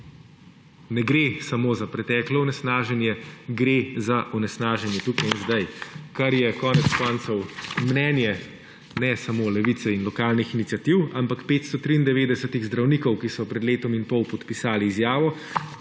Ne gre samo za preteklo onesnaženje, gre za onesnaženje tudi sedaj, kar je konec koncev mnenje ne samo Levice in lokalnih iniciativ, ampak 593 zdravnikov, ki so pred letom in pol podpisali izjavo,